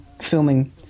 filming